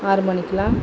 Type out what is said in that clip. ஆறு மணிக்குலாம்